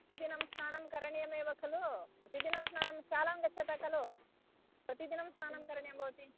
प्रतिदिनं स्नानं करणीयमेव खलु प्रतिदिनं स्नानं शालां गच्छतः खलु प्रतिदिनं स्नानं करणीयं भवति